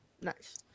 Nice